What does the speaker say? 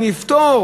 אני אפטור